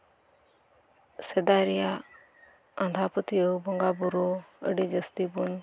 ᱥᱮᱫᱟᱭ ᱨᱮᱭᱟᱜ ᱟᱸᱫᱷᱟ ᱯᱟᱹᱛᱭᱟᱹᱣ ᱵᱚᱸᱜᱟ ᱵᱩᱨᱩ ᱟᱹᱰᱤ ᱡᱟᱹᱥᱛᱤ ᱵᱚᱱ